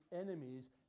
enemies